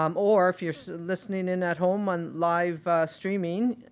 um or if you're listening in at home on live streaming,